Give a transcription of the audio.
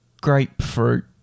Grapefruit